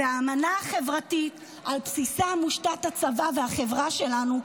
והאמנה החברתית שעל בסיסה מושתתים הצבא והחברה שלנו,